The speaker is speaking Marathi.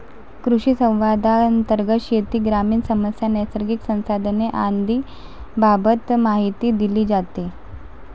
कृषिसंवादांतर्गत शेती, ग्रामीण समस्या, नैसर्गिक संसाधने आदींबाबत माहिती दिली जाते